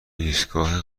ایستگاه